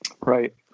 right